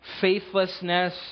faithlessness